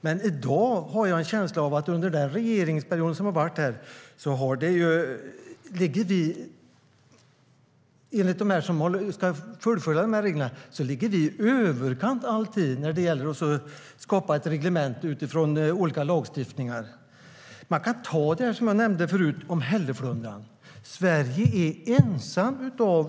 Men i dag har jag en känsla av att i fråga om den förra regeringsperioden ligger vi i överkant när det gäller att skapa ett reglemente utifrån olika lagstiftningar. Jag nämnde tidigare hälleflundran som exempel.